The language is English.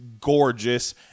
gorgeous